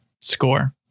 score